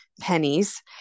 pennies